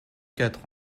quatre